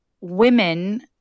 women